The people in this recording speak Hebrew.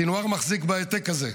סנוואר מחזיק בהעתק הזה.